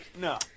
No